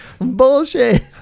bullshit